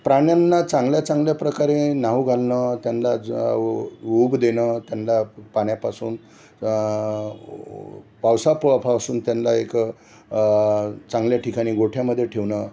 प्राण्यांना चांगल्या चांगल्या प्रकारे नाहू घालणं त्यांला ज उब देणं त्यांला पाण्यापासून पावसापासून त्यांला एक चांगल्या ठिकाणी गोठ्यामध्ये ठेवणं